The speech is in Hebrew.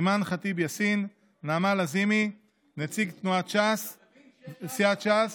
אימאן ח'טיב יאסין, נעמה לזימי, נציג סיעת ש"ס